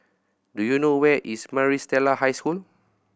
do you know where is Maris Stella High School